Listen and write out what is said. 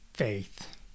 faith